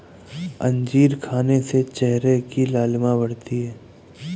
अंजीर खाने से चेहरे की लालिमा बढ़ती है